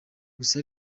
gusa